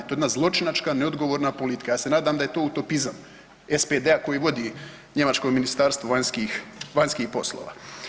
To je jedna zločinačka neodgovorna politika, ja se nadam da je to utopizam SPD-a koji vodi njemačko vanjskih, vanjskih poslova.